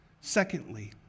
Secondly